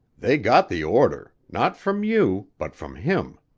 they got the order not from you, but from him.